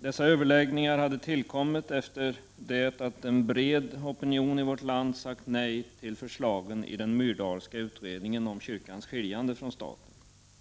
Dessa överläggningar hade tillkommit efter det att en bred opinion i vårt land sagt nej till förslagen i den Myrdalska utredningen om kyrkans skiljande från staten.